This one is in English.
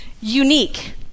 unique